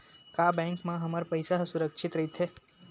का बैंक म हमर पईसा ह सुरक्षित राइथे?